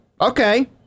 okay